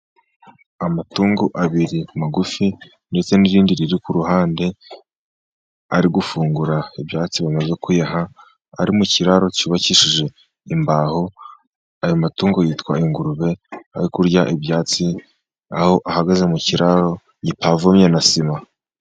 Amatungu abiri magufi, ndetse n'irindi riri ku ruhande, ari gufungura ibyatsi bamaze kuyaha, ari mu kiraro cy'ubakishije imbaho, ayo matungo yitwa ingurube ari kurya ibyatsi, aho ahagaze mu kiraro gipavomye na sima.